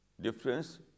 Difference